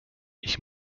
ich